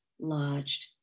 lodged